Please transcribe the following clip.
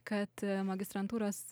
kad magistrantūros